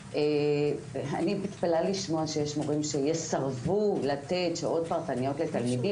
אני מתפלאה לשמוע שיש מורים שיסרבו לתת שעות פרטניות לתלמידים,